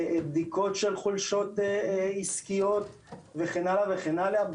בדיקות של חולשות עסקיות וכן הלאה.